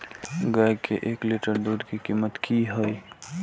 गाय के एक लीटर दूध के कीमत की हय?